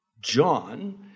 John